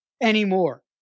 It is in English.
anymore